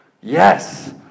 Yes